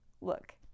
look